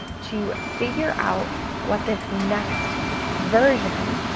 to figure out what this next version,